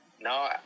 No